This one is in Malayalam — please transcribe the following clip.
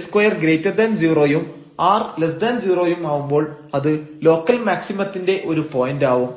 s20 ഉം r0 ഉം ആവുമ്പോൾ അത് ലോക്കൽ മാക്സിമത്തിന്റെ ഒരു പോയന്റാവും